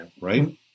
right